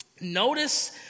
Notice